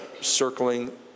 circling